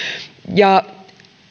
ja